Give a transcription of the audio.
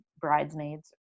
Bridesmaids